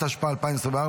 התשפ"ה 2024,